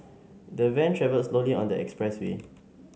the van travelled slowly on the expressway